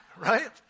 Right